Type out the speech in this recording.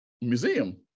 museum